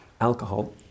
alcohol